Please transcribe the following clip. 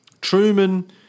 Truman